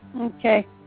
okay